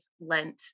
Lent